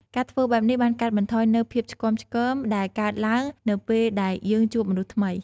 ការធ្វើបែបនេះបានកាត់បន្ថយនូវភាពឆ្គាំឆ្គងដែលកើតឡើងនៅពេលដែលយើងជួបមនុស្សថ្មី។